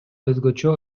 өзгөчө